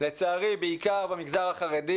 לצערי בעיקר במגזר החרדי